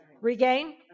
Regain